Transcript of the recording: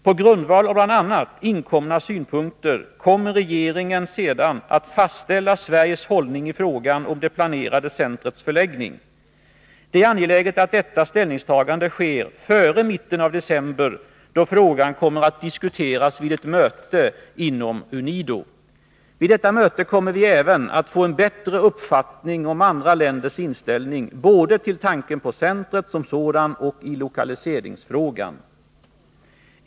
På grundval av bl.a. inkomna synpunkter kommer regeringen att fastställa Sveriges hållning i frågan om det planerade centrets förläggning. Det är angeläget att detta ställningstagande sker före mitten av december, då frågan kommer att diskuteras vid ett möte inom UNIDO. Vid detta möte kommer vi även att få en bättre uppfattning om andra länders inställning både till tanken på centret som sådan och i lokaliseringsfrågan.